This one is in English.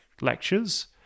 lectures